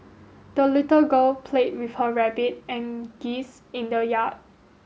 the little girl played with her rabbit and geese in the yard